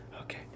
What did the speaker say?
Okay